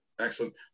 Excellent